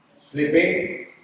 sleeping